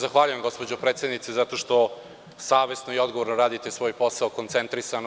Zahvaljujem se gospođo predsednice zato što savesno i odgovorno radite svoj posao, koncentrisano.